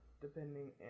Depending